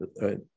right